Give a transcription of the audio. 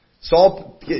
Saul